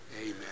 Amen